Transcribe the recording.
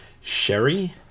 Sherry